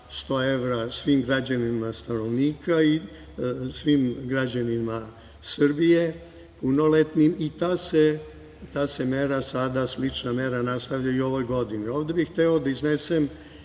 sto evra svim građanima i svim građanima Srbije punoletnim. Ta se mera sada, slična mera nastavlja i u ovoj godini. Ovde bih hteo da iznesem